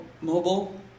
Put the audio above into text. Mobile